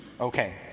Okay